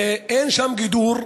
אין שם גידור,